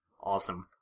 Awesome